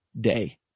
day